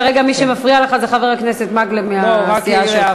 כרגע מי שמפריע לך זה חבר הכנסת מקלב, מהסיעה שלך.